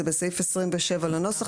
זה בסעיף 27 לנוסח.